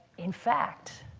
in fact,